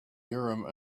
urim